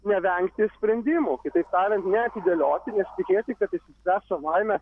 nevengti sprendimų kitaip tariant neatidėlioti nesitikėti kad išsispręs savaime